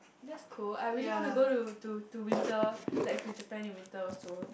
that's cool I really want to go to to to winter like to Japan in winter also